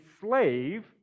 slave